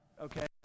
okay